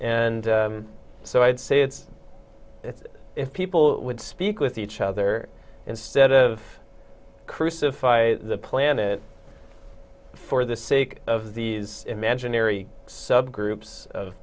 and so i'd say it's if people would speak with each other instead of crucify the planet for the sake of these imaginary subgroups of